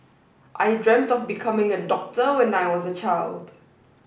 I dreamt of becoming a doctor when I was a child